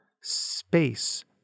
space